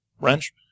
wrench